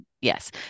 yes